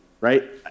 right